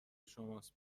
شماست